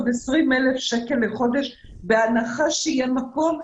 ו-20 אלף שקל לחודש בהנחה שיהיה מקום,